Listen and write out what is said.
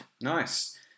Nice